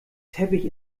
teppich